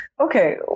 Okay